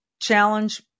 challenge